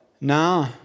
No